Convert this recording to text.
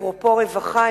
אפרופו רווחה,